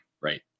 right